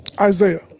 Isaiah